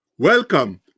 Welcome